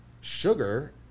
sugar